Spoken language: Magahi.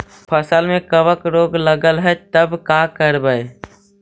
फसल में कबक रोग लगल है तब का करबै